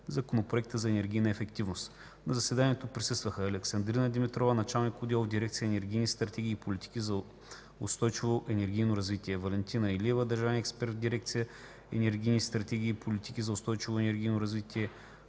Законопроекта за енергийната ефективност. На заседанието присъствахa: Александрина Димитрова – началник-отдел в Дирекция „Енергийни стратегии и политики за устойчиво енергийно развитие”, Валентина Илиева – държавен експерт в Дирекция „Енергийни стратегии и политики за устойчиво енергийно развитие”,